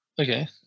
Okay